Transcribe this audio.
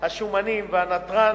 השומנים והנתרן